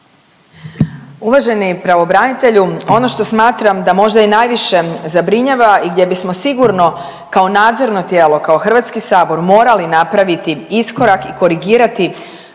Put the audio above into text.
Uvaženi pravobranitelju, ono što smatram da možda i najviše zabrinjava i gdje bismo sigurno kao nadzorno tijelo, kao HS morali napraviti iskorak i korigirati